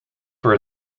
for